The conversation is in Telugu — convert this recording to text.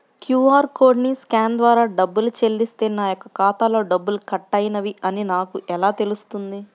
క్యూ.అర్ కోడ్ని స్కాన్ ద్వారా డబ్బులు చెల్లిస్తే నా యొక్క ఖాతాలో డబ్బులు కట్ అయినవి అని నాకు ఎలా తెలుస్తుంది?